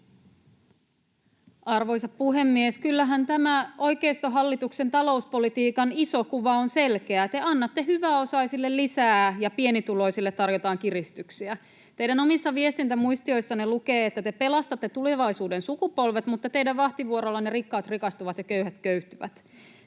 Arvoisa puhemies! Kyllähän tämä oikeistohallituksen talouspolitiikan iso kuva on selkeä: te annatte hyväosaisille lisää ja pienituloisille tarjotaan kiristyksiä. Teidän omissa viestintämuistioissanne lukee, että te pelastatte tulevaisuuden sukupolvet, mutta teidän vahtivuorollanne rikkaat rikastuvat ja köyhät köyhtyvät.